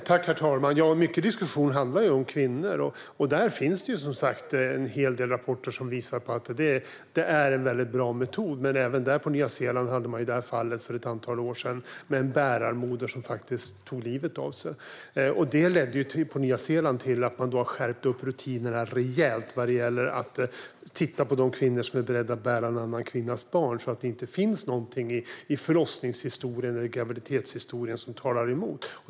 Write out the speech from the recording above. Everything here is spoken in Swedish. Herr talman! Mycket av diskussionen handlar om kvinnor. Det finns en hel del rapporter som visar att surrogatmoderskap är en bra metod. Men på Nya Zeeland fanns ett fall för ett antal år sedan med en bärarmoder som faktiskt tog livet av sig. Det ledde till att man på Nya Zeeland skärpte rutinerna rejält vad gäller att titta på de kvinnor som är beredda att bära en annan kvinnas barn så att det inte finns något i förlossningshistorien eller graviditetshistorien som talar emot.